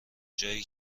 جایی